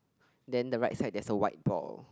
then the right side there's a white ball